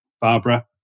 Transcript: Barbara